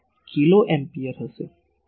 7 kilo ampere હશે